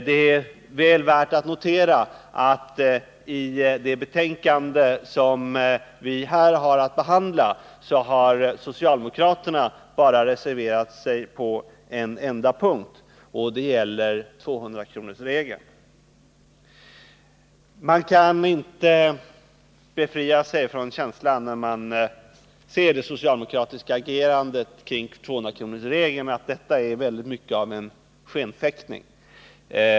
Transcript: Det är väl värt att notera att i det betänkande som vi här har att behandla har socialdemokraterna reserverat sig på bara på en enda punkt, nämligen beträffande 200-kronorsregeln. Man kan inte befria sig från känslan, när man ser det socialdemokratiska agerandet kring 200-kronorsregeln, att detta är mycket av skenfäktning.